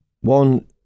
One